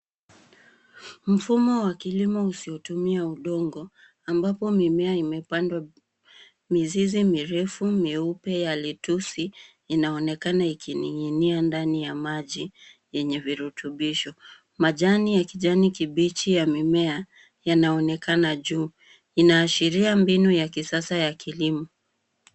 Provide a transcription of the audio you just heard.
Mfumo wa kilimo usiotumia udongo, ambapo mimea imepandwa. Mizizi mirefu mieupe ya lettusi, inaonekana ikininginia ndani ya maji yenye virutubisho. Majani ya kijani kibichi ya mimea, yanaonekana juu. Inaashiria mbinu ya kisasa ya kilimo.